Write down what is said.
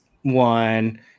one